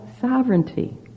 sovereignty